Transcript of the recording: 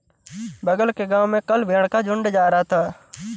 बगल के गांव में कल भेड़ का झुंड जा रहा था